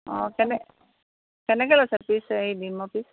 অঁ কেনে কেনেকে লৈছে পিছ এই ডিমৰ পিছ